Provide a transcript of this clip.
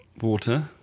Water